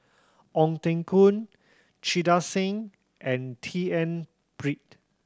Ong Teng Koon Singh and T N Pritt